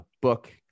book